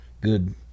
good